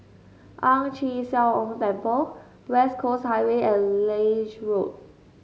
Ang Chee Sia Ong Temple West Coast Highway and Lange Road